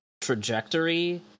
trajectory